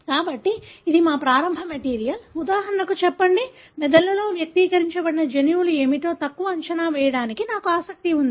కాబట్టి ఇది మా ప్రారంభ మెటీరియల్ ఉదాహరణకు చెప్పండి మెదడులో వ్యక్తీకరించ బడిన జన్యువులు ఏమిటో తక్కువ అంచనా వేయడానికి నాకు ఆసక్తి ఉంది